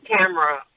camera